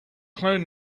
clone